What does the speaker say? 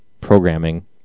programming